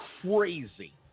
crazy